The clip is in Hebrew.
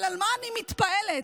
אבל ממה אני מתפעלת?